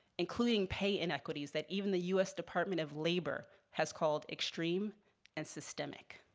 including pay inequities that even the u s. department of labor has called extreme and systemic.